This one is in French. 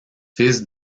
fils